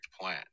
plan